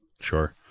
Sure